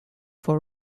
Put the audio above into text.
for